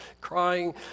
crying